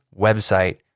website